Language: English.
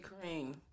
cream